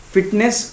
Fitness